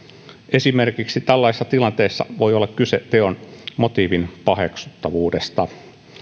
esimerkiksi tällaisessa tilanteessa voi olla kyse teon motiivin paheksuttavuudesta